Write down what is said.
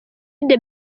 the